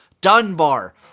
Dunbar